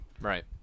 right